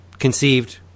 conceived